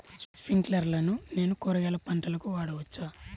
స్ప్రింక్లర్లను నేను కూరగాయల పంటలకు వాడవచ్చా?